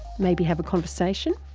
maybe have a conversation,